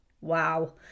wow